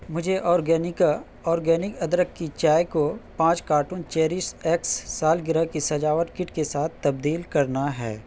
مجھے اورگینکا اورگینک ادرک کی چائے کو پانچ کارٹن چیریش ایکس سالگرہ کی سجاوٹ کٹ کے ساتھ تبدیل کرنا ہے